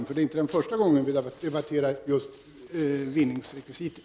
Det är ju inte första gången som vi debatterar vinningsrekvisitet.